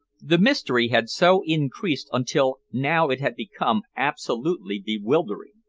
the mystery had so increased until now it had become absolutely bewildering.